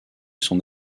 son